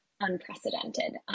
unprecedented